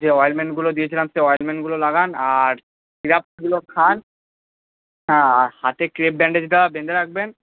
যে অয়েনমেন্টগুলো দিয়েছিলাম সেই অয়েনমেন্টগুলো লাগান আর সিরাপগুলো খান হ্যাঁ আর হাতে ক্রেপ ব্যান্ডেজটা বেঁধে রাখবেন